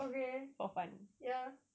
okay ya